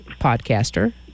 podcaster